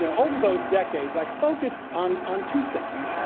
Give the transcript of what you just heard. yeah over those decades, i focused on on two things,